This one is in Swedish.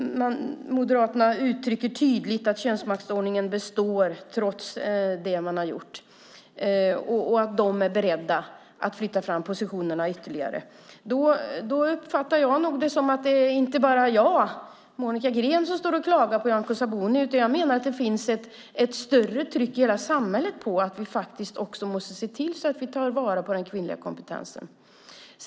De uttrycker tydligt att könsmaktsordningen består trots det man har gjort och att de är beredda att flytta fram positionerna ytterligare. Då uppfattar jag nog det som att det inte bara är jag, Monica Green, som står och klagar på Nyamko Sabuni. Jag menar att det finns ett större tryck i hela samhället på att vi måste se till att ta vara på den kvinnliga kompetensen.